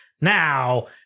now